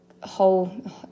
whole